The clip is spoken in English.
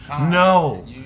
no